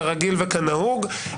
יהיו שינויי נוסח כרגיל וכנהוג.